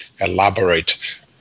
elaborate